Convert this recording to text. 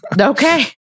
Okay